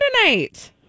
tonight